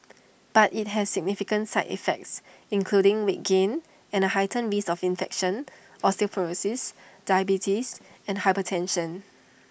but IT has significant side effects including weight gain and A heightened risk of infection osteoporosis diabetes and hypertension